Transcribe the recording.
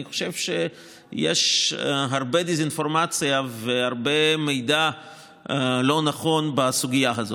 אני חושב שיש הרבה דיסאינפורמציה והרבה מידע לא נכון בסוגיה הזאת.